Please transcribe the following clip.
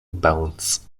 bęc